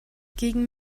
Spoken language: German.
gegen